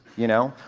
you know,